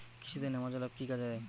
কৃষি তে নেমাজল এফ কি কাজে দেয়?